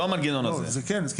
י.ש.: זה כן.